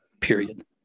Period